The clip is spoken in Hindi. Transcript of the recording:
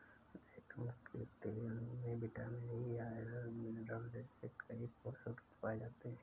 जैतून के तेल में विटामिन ई, आयरन, मिनरल जैसे कई पोषक तत्व पाए जाते हैं